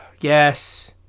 Yes